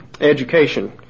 Education